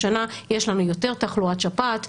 השנה יש לנו יותר תחלואת שפעת,